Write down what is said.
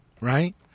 right